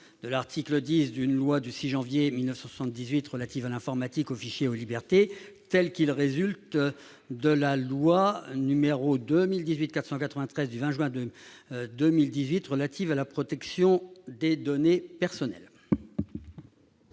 de l'article 10 de la loi n° 78-17 du 6 janvier 1978 relative à l'informatique, aux fichiers et aux libertés, dans la rédaction qui résulte de la loi n° 2018-493 du 20 juin 2018 relative à la protection des données personnelles.